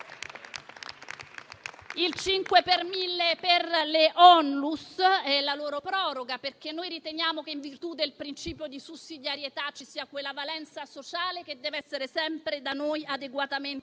il 5 per mille per le ONLUS e la relativa proroga. Noi riteniamo che, in virtù del principio di sussidiarietà, ci sia quella valenza sociale che deve essere sempre da noi adeguatamente